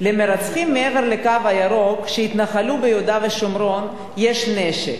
"למרצחים מעבר ל'קו הירוק' שהתנחלו ביהודה ושומרון יש נשק.